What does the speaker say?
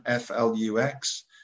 FLUX